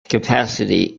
capacity